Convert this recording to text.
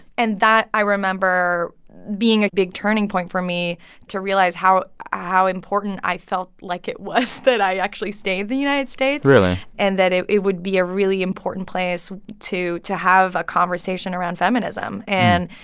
and that i remember being a big turning point for me to realize how how important i felt like it was that i actually stay in the united states. really. and that it it would be a really important place to to have a conversation around feminism and,